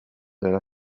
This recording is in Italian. della